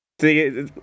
See